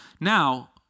Now